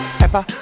pepper